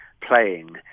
playing